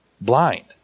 Blind